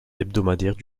hebdomadaires